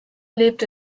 lebt